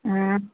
हाँ